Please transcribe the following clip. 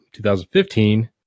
2015